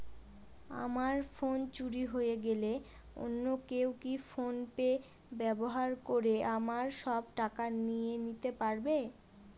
আমার ফোন চুরি হয়ে গেলে অন্য কেউ কি ফোন পে ব্যবহার করে আমার সব টাকা নিয়ে নিতে পারবে?